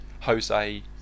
Jose